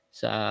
sa